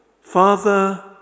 Father